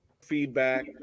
Feedback